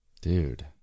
Dude